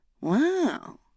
Wow